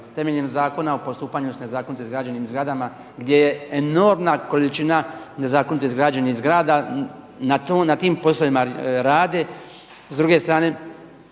temeljem Zakon o postupanju sa nezakonito izgrađenim zgradama gdje je enormna količina nezakonito izgrađenih zgrada na tim poslovima rade. S druge strane